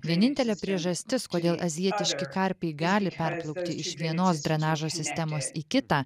vienintelė priežastis kodėl azijietiški karpiai gali perplaulkti iš vienos drenažo sistemos į kitą